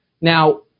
Now